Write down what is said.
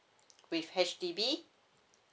with H_D_B